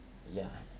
ya